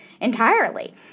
entirely